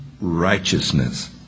righteousness